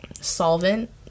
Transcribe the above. solvent